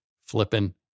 flipping